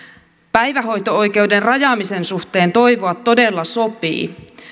päivähoito oikeuden rajaamisen suhteen toivoa todella sopii